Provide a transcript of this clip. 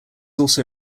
also